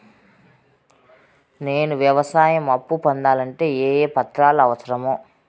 నేను వ్యవసాయం అప్పు పొందాలంటే ఏ ఏ పత్రాలు అవసరం?